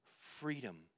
freedom